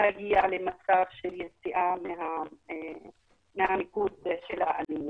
להגיע למצב של יציאה מהמיקוד של האלימות.